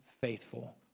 faithful